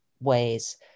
ways